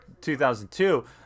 2002